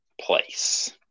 place